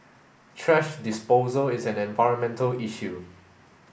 thrash disposal is an environmental issue